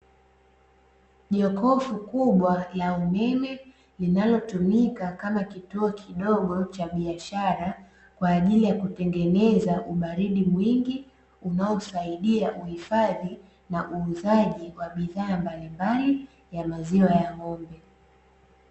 Jokofu kubwa la umeme linalotumika kama kituo kidogo cha biashara kwa ajili ya kutengeneza ubaridi mwingi, unaosaidia uhifadhi na uuzaji wa bidhaa mbalimbali ya maziwa ya ng’ombe.